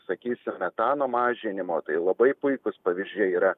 sakysim metano mažinimo tai labai puikūs pavyzdžiai yra